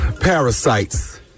parasites